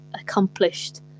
accomplished